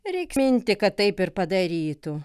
reik minti kad taip ir padarytų